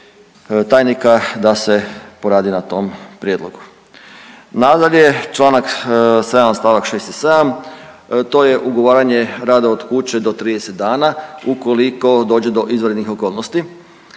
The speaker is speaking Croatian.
tajnika da se poradi na tom prijedlogu. Nadalje čl. 7. st. 6. i 7. to je ugovaranje rada od kuće do 30 dana ukoliko dođe do izvanrednih okolnosti.